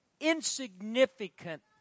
insignificant